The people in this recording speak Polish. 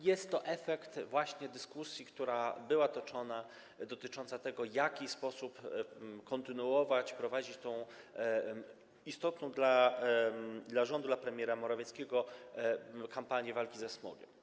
Jest to rezultat dyskusji, która była toczona, dotyczącej tego, w jaki sposób kontynuować, prowadzić tę istotną dla rządu, dla premiera Morawieckiego kampanię walki ze smogiem.